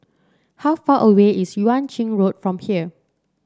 how far away is Yuan Ching Road from here